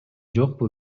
жокпу